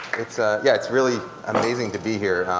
it's ah yeah it's really amazing to be here.